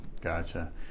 gotcha